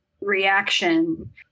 reaction